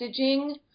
messaging